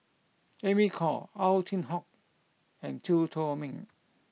Amy Khor Ow Chin Hock and Chew Chor Meng